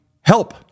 Help